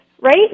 right